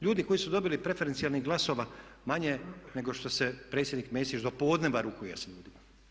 Ljudi koji su dobili preferencijalnih glasova manje nego što se predsjednik Mesić do podnevna rukuje sa ljudima.